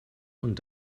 und